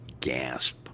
gasp